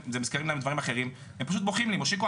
דברים אחרים והם פשוט בוכים לי: 'מושיקו,